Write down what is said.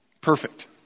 Perfect